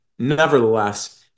Nevertheless